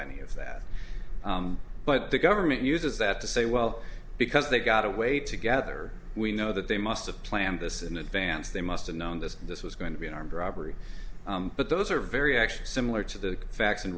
any of that but the government uses that to say well because they got away together we know that they must have planned this in advance they must have known this this was going to be an armed robbery but those are very actually similar to the facts and